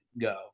go